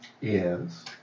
Yes